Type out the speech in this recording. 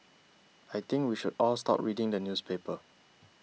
I think we should all stop reading the newspaper